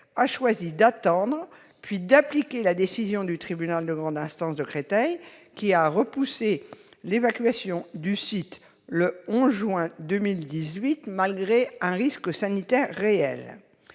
a choisi d'attendre, puis d'appliquer la décision du tribunal de grande instance de Créteil, qui a repoussé l'évacuation du site le 11 juin 2018 malgré un risque sanitaire réel.